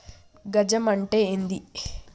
గజం అంటే ఏంది?